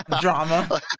drama